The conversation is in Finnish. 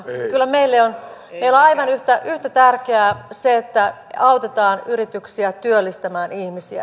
kyllä meille on aivan yhtä tärkeää se että autetaan yrityksiä työllistämään ihmisiä